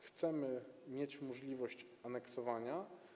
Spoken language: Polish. Chcemy mieć możliwość aneksowania.